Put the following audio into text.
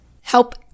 help